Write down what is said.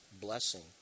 blessing